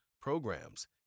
programs